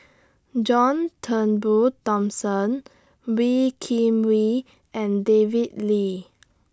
John Turnbull Thomson Wee Kim Wee and David Lee